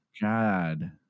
god